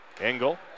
Engel